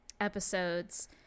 episodes